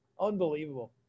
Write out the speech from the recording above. Unbelievable